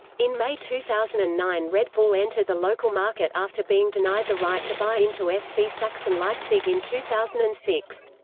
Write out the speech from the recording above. in may two thousand and nine red bull entered the local market after being denied the right to buy into fc sachsen leipzig in two thousand and six.